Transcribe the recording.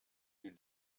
you